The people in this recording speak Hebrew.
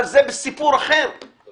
אבל זה סיפור אחר שלא